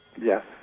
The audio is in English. Yes